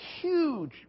huge